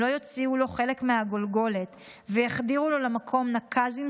אם לא יוציאו לו חלק מהגולגולת ויחדירו לו למקום נקז עם